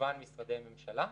משרדי ממשלה,